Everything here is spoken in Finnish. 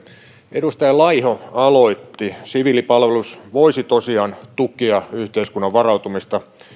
edustaja laiho aloitti siviilipalvelus voisi tosiaan tukea yhteiskunnan varautumista